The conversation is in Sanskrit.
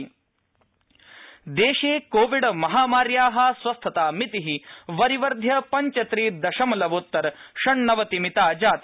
कोविड अद्यतन दशा कोविडमहामार्या स्वास्थतामिति वरिवर्ध्य पञ्च त्रि दशमलवोत्तर षण्णवति मिता जाता